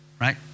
Right